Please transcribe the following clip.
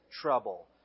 trouble